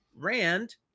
Rand